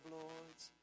lords